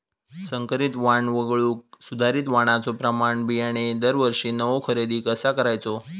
संकरित वाण वगळुक सुधारित वाणाचो प्रमाण बियाणे दरवर्षीक नवो खरेदी कसा करायचो?